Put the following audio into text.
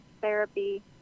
therapy